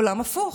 עולם הפוך.